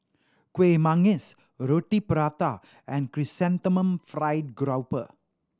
Kueh Manggis Roti Prata and Chrysanthemum Fried Grouper